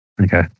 Okay